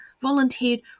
volunteered